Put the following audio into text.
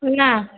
না